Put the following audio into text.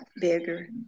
bigger